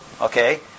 okay